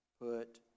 put